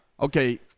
Okay